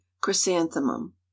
chrysanthemum